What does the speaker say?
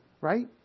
right